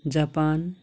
Japan